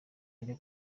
ajya